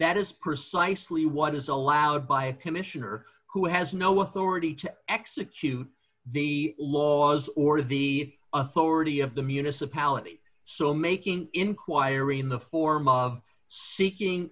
that is precisely what is allowed by a commissioner who has no authority to execute the laws or the authority of the municipality so making inquiry in the form of seeking